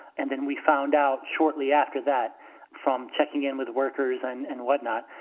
and then we found out shortly after that from checking in with workers and and whatnot.